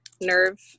nerve